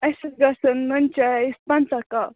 اَسہِ حظ گژھَن نُن چایَس پنٛژاہ کَپ